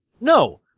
No